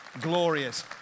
glorious